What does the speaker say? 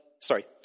sorry